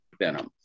venom